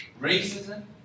Racism